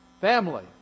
family